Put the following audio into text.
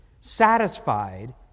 satisfied